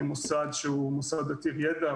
כמוסד שהוא מוסד עתיר ידע,